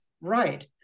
right